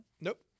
Nope